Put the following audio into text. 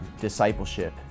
discipleship